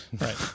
Right